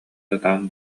сатаан